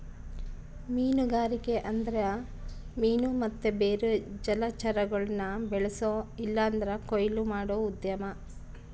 ಮೀನುಗಾರಿಕೆ ಅಂದ್ರ ಮೀನು ಮತ್ತೆ ಬೇರೆ ಜಲಚರಗುಳ್ನ ಬೆಳ್ಸೋ ಇಲ್ಲಂದ್ರ ಕೊಯ್ಲು ಮಾಡೋ ಉದ್ಯಮ